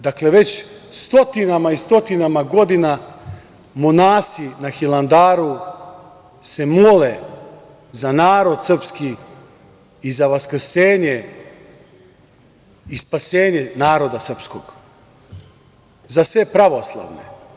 Dakle, već stotinama i stotinama godina monasi na Hilandaru se mole za narod srpski i za vaskrsenje i spasenje naroda srpskog, za sve pravoslavne.